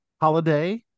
holiday